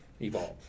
evolve